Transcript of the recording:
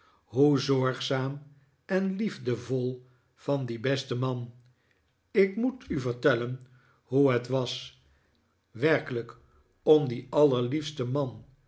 hoe zorgzaam en liefdevol van dien besten man ik moet u vertellen hoe het was werkelijk om dien allerliefsten man